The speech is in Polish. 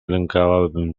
lękałabym